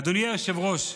אדוני היושב-ראש,